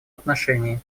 отношении